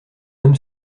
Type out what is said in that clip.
homme